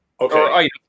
Okay